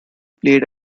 played